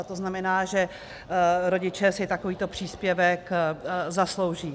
To znamená, že rodiče si takovýto příspěvek zaslouží.